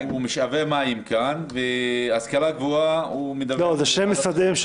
משאבי המים כאן והשכלה גבוהה -- זה שר אחד,